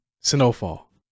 Snowfall